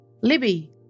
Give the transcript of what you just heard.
Libby